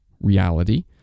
reality